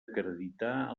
acreditar